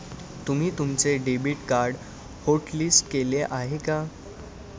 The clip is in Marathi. तुम्ही तुमचे डेबिट कार्ड होटलिस्ट केले आहे का?